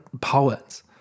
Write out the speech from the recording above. poet's